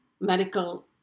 medical